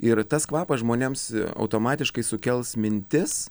ir tas kvapas žmonėms automatiškai sukels mintis